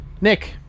Nick